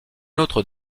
autre